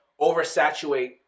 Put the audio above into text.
oversaturate